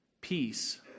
peace